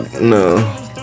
no